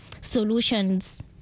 solutions